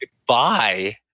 goodbye